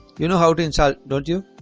you know how to insult don't you